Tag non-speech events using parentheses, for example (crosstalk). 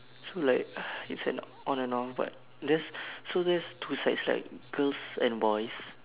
so like (noise) it's an on and off but there's so there's two sides right girls and boys